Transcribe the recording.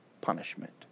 punishment